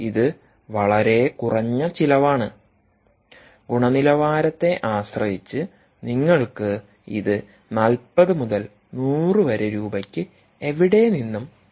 ഇത് വളരെ കുറഞ്ഞ ചിലവാണ് ഗുണനിലവാരത്തെ ആശ്രയിച്ച് നിങ്ങൾക്ക് ഇത് 40 മുതൽ 100 വരെ രൂപയ്ക്ക് എവിടെനിന്നും വാങ്ങാം